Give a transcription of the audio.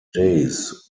days